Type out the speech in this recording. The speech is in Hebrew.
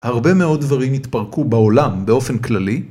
הרבה מאוד דברים התפרקו בעולם באופן כללי.